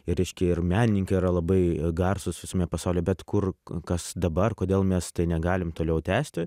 reiškia ir menininkai yra labai garsūs visame pasaulyje bet kur kas dabar kodėl mes negalim toliau tęsti